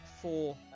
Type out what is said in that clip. four